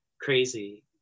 crazy